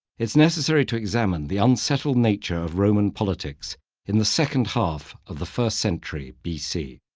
it's necessary to examine the unsettled nature of roman politics in the second half of the first century b c.